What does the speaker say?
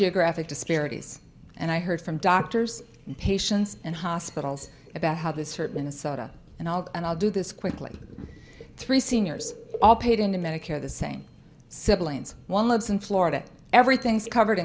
geographic disparities and i heard from doctors and patients and hospitals about how this certain assata and all and i'll do this quickly three seniors all paid into medicare the same siblings one lives in florida everything's covered